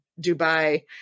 Dubai